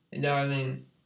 darling